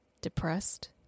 depressed